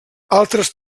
altres